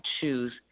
choose